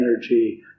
energy